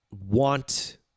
want